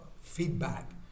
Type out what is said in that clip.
feedback